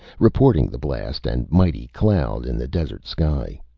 reporting the blast and mighty cloud in the desert sky.